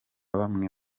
bamwe